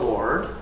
Lord